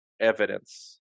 evidence